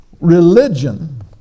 religion